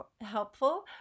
helpful